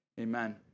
amen